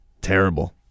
terrible